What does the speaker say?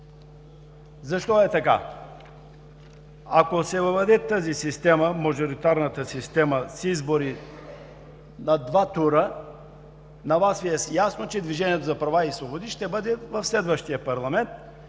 Защо е така? Ако се въведе мажоритарната система с избори на два тура, на Вас Ви е ясно, че „Движението за права и свободи“ ще бъде в следващия парламент,